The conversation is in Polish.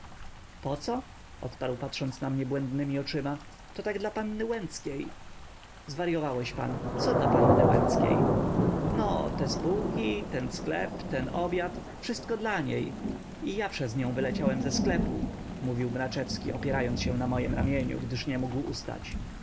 wszystko poco odparł patrząc na mnie błędnemi oczyma to tak dla panny łęckiej zwaryowałeś pan co dla panny łęckiej no te spółki ten sklep ten obiad wszystko dla niej i ja przez nią wyleciałem ze sklepu mówił mraczewski opierając się na mojem ramieniu gdyż nie mógł ustać